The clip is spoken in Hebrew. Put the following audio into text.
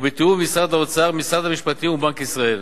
ובתיאום עם משרד האוצר, משרד המשפטים ובנק ישראל.